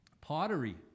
Pottery